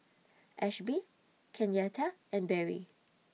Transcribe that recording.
Ashby Kenyatta and Berry